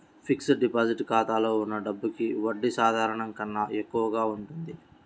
fixed deposit ఖాతాలో ఉన్న డబ్బులకి వడ్డీ సాధారణం కన్నా ఎక్కువగా ఉంటుంది